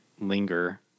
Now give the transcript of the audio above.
linger